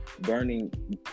burning